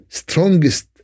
strongest